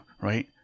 right